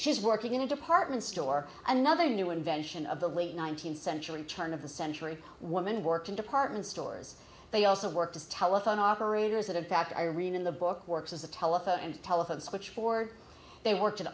she's working in a department store another new invention of the late nineteenth century turn of the century woman worked in department stores they also worked as telephone operators that in fact i read in the book works as a telephone and telephone switchboard they worked in